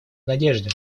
надежды